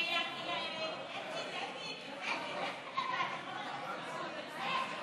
תנאי סף להשתתפות במכרז),